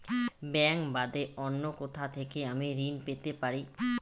Bank বাদে অন্য কোথা থেকে আমি ঋন পেতে পারি?